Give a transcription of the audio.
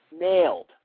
nailed